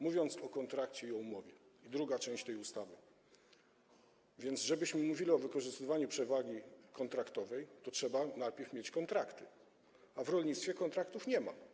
Mówiąc o kontrakcie i o umowie - to druga część ustawy: żebyśmy mogli mówić o wykorzystywaniu przewagi kontraktowej, to trzeba najpierw mieć kontrakty, a w rolnictwie kontraktów nie ma.